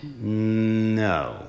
No